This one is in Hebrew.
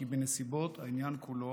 כי בנסיבות העניין כולו,